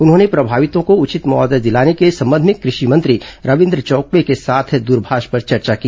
उन्होंने प्रभावितों को उचित मुआवजा दिलाने के संबंध में कृषि मंत्री रवीन्द्र चौबे के साथ द्रमाष पर चर्चा की